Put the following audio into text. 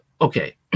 Okay